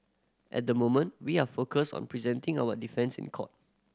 at the moment we are focused on presenting our defence in court